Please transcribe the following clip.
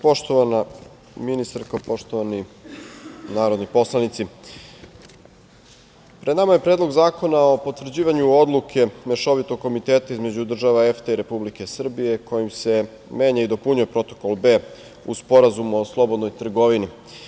Poštovana ministarko, poštovani narodni poslanici, pred nama je Predlog zakona o potvrđivanju Odluke Mešovitog komiteta između država EFTA i Republike Srbije kojim se menja i dopunjuje Protokol B u Sporazumu o slobodnoj trgovini.